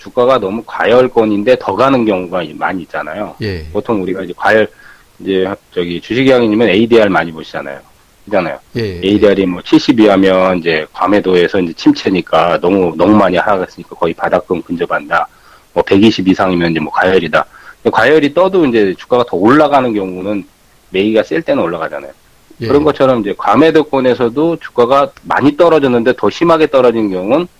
주가가 너무 과열권인데 더 가는 경우가 많이 있잖아요. 예. 보통 우리가 이제 과열, 이제 저기 주식이 아니면 ADR 많이 보시잖아요. 있잖아요. 예, ADR이 예. 뭐 72 하면 이제 과매도에서 이제 침체니까 너무, 너무 많이 하락했으니까 거의 바닥권 근접한다. 뭐 120 이상이면 이제 뭐 과열이다. 근데 과열이 떠도 이제 주가가 더 올라가는 경우는 매기가 셀 때는 올라가잖아요. 그런 예. 것처럼 이제 과매도권에서도 주가가 많이 떨어졌는데 더 심하게 떨어진 경우는